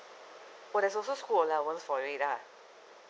but there's also school allowance for it lah